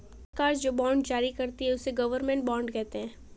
सरकार जो बॉन्ड जारी करती है, उसे गवर्नमेंट बॉन्ड कहते हैं